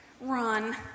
run